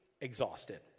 exhausted